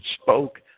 spoke